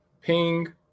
ping